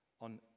on